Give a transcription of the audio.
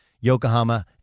Yokohama